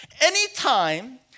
Anytime